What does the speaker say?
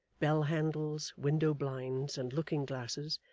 bell-handles, window-blinds, and looking-glasses,